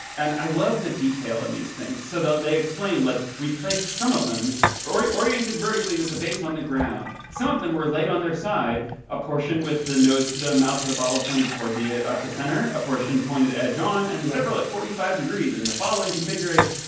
and i love the detail in these things so that they explain like we placed some of them already oriented vertically with the base on the ground. some of them were laid on their side a portion with the nose the mouth of the bottle pointed toward the ah epicenter a portion pointed at jon and several at forty five degrees in the following configuration.